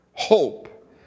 hope